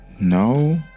No